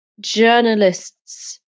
journalists